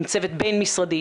עם צוות בין משרדי,